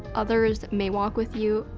others may walk with you,